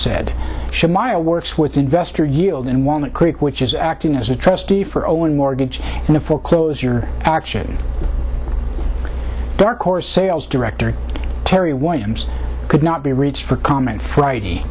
shamar works with investor yield and want creek which is acting as a trustee for own mortgage and a foreclose your action dark or sales director terry winds could not be reached for comment friday